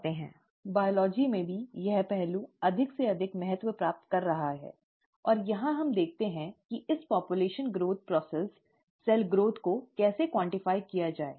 जीव विज्ञान में भी यह पहलू अधिक से अधिक महत्व प्राप्त कर रहा है और यहां हम देखते हैं कि इस जनसंख्या वृद्धि प्रक्रिया सेल विकास को कैसे क्वान्टफाइ किया जाए